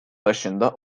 başında